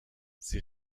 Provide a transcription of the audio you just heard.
sie